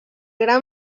gran